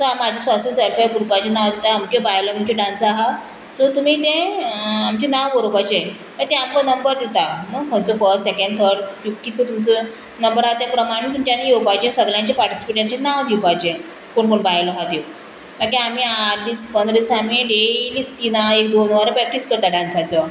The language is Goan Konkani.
सो हांव म्हाजें स्वस्थ सेल्फ हेल्प ग्रुपाचें नांव दिता अमकी बायलां आमचे डांसा आहा सो तुमी तें आमचें नांव बरोवपाचें मागीर ते आपलो नंबर दिता खंयचो फस्ट सेकेंड थर्ड फिफ्थ कितलो तुमचो नंबर आहा तें प्रमाणें तुमच्यांनी येवपाचें सगल्यांचे पार्टिसिपन्टांचें नांव दिवपाचें कोण कोण बायलो आहा त्यो मागीर आमी आठ दीस पंदरा दीस आमी डेली तिनां एक दोन वरां प्रॅक्टीस करता डांसाचो